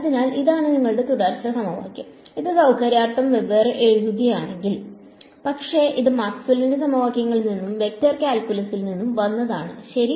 അതിനാൽ ഇതാണ് നിങ്ങളുടെ തുടർച്ച സമവാക്യം ഇത് സൌകര്യാർത്ഥം വെവ്വേറെ എഴുതിയതാണ് പക്ഷേ ഇത് മാക്സ്വെല്ലിന്റെ സമവാക്യങ്ങളിൽ നിന്നും വെക്റ്റർ കാൽക്കുലസിൽ നിന്നും വന്നതാണ് ശരി